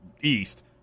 east